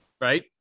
right